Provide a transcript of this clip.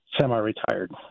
semi-retired